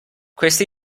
queste